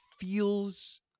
feels